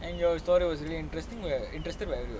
and your story was really interesting lah interested by everyone